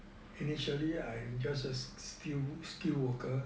initially I just a steel steel worker